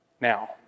Now